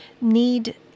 need